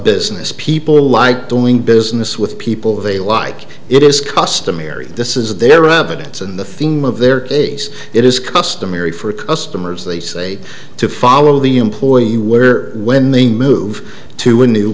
business people like doing business with people they like it is customary this is their evidence and the theme of their case it is customary for customers they say to follow the employee where when they move to a new